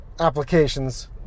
applications